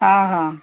ହଁ ହଁ